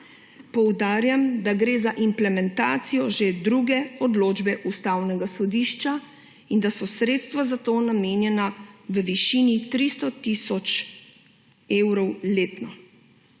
Poudarjam, da gre za implementacijo že druge odločbe Ustavnega sodišča in da so sredstva za to namenjena v višini 300 tisoč evrov letno.